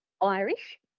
Irish